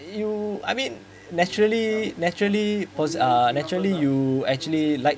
you I mean naturally naturally pos~ uh naturally you actually like